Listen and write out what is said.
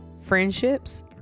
friendships